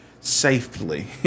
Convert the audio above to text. safely